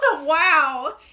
Wow